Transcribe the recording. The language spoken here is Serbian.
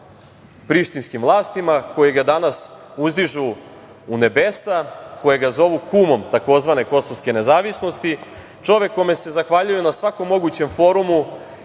prištinskim vlastima, kojeg danas uzdižu u nebesa, kojeg zovu kumom takozvane kosovske nezavisnosti, čovek kome se zahvaljuju na svakom mogućem forumu